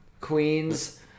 Queens